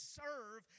serve